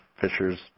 fishers